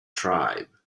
tribe